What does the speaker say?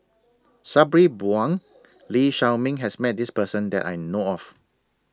Sabri Buang Lee Shao Meng has Met This Person that I know of